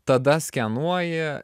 tada skenuoji